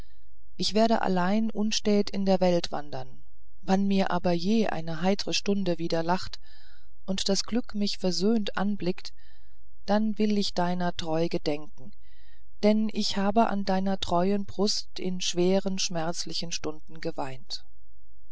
ich werde allein unstät in der welt wandern wann mir aber je eine heitere stunde wieder lacht und das glück mich versöhnt anblickt dann will ich deiner getreu gedenken denn ich habe an deiner getreuen brust in schweren schmerzlichen stunden geweint